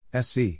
SC